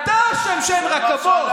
אתה אשם שאין רכבות,